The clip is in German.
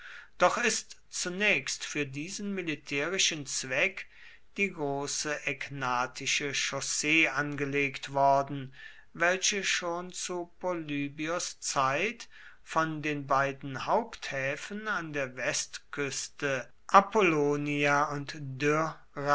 doch ist zunächst für diesen militärischen zweck die große egnatische chaussee angelegt worden welche schon zu polybios zeit von den beiden haupthäfen an der westküste apollonia und